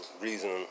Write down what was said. reason